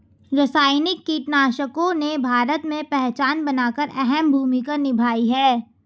रासायनिक कीटनाशकों ने भारत में पहचान बनाकर अहम भूमिका निभाई है